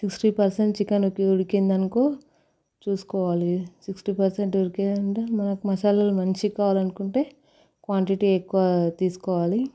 sixty percent chicken ఉడికిందనుకో చూసుకోవాలి sixty percent ఉడికిందంటే మసాలాలు మంచి కావాలనుకుంటే క్వాంటిటీ ఎక్కువ తీసుకోవాలి